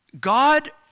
God